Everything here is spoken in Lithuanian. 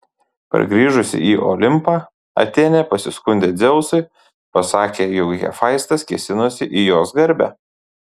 pargrįžusi į olimpą atėnė pasiskundė dzeusui pasakė jog hefaistas kėsinosi į jos garbę